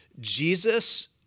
Jesus